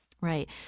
Right